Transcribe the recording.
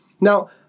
Now